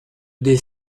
des